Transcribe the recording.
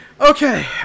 Okay